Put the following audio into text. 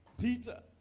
Peter